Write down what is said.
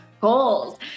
goals